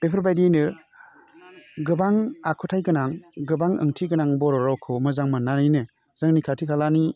बेफोर बायदिनो गोबां आखुथाइ गोनां गोबां ओंथि गोनां बर' रावखौ मोजां मोनानैनो जोंनि खाथि खालानि